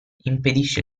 impedisce